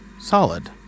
Solid